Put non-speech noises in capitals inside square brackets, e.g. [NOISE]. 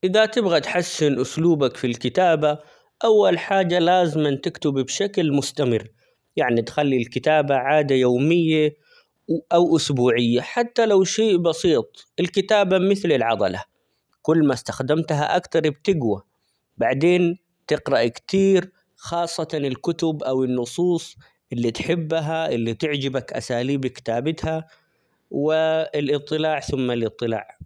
إذا تبغى تحسن أسلوبك في الكتابة أول حاجة لازما تكتب بشكل مستمر، يعني تخلي الكتابة عادة يومية -و-أو أسبوعية حتى لو شيء بسيط، الكتابة مثل العضلة كل ما استخدمتها أكتر بتقوى، بعدين تقرأ كتير خاصة الكتب أو النصوص اللي تحبها اللي تعجبك أساليب كتابتها و [HESITATION] الإطلاع ثم الإطلاع.